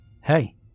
Hey